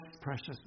precious